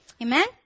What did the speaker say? Amen